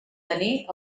tenir